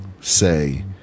say